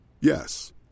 Yes